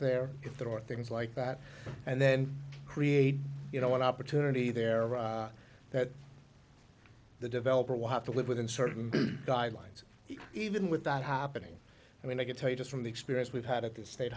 there if there are things like that and then create you know an opportunity there that the developer will have to live within certain guidelines even with that happening i mean i can tell you just from the experience we've had at the state